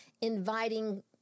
inviting